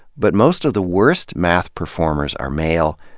but most of the worst math performers are male,